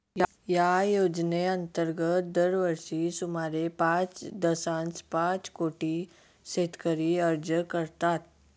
या योजनेअंतर्गत दरवर्षी सुमारे पाच दशांश पाच कोटी शेतकरी अर्ज करतात